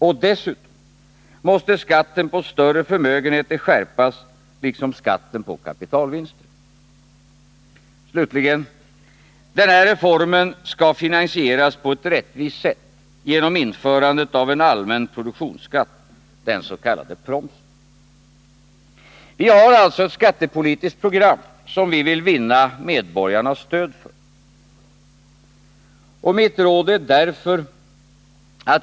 Dessutom måste skatten på större förmögenheter skärpas liksom skatten på kapitalvinster. Slutligen: Denna reform skall finansieras på ett rättvist sätt, genom införandet av en allmän produktionsskatt, den s.k. promsen. Vi har alltså ett skattepolitiskt program, som vi vill vinna medborgarnas stöd för.